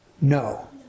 No